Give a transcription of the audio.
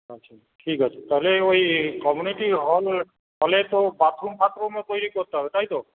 আচ্ছা ঠিক আছে তাহলে ওই কমিউনিটি হল হলে তো বাথরুম ফাথরুমও তৈরি করতে হবে তাই তো